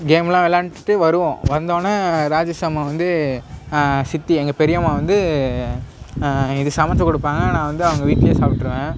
கேம்லாம் விளாண்டுட்டு வருவோம் வந்தோடனே ராஜேஷ் அம்மா வந்து சித்தி எங்கள் பெரியம்மா வந்து எனக்கு சமைச்சி கொடுப்பாங்க நான் வந்து அவங்க வீட்லேயே சாப்பிட்ருவேன்